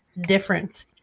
different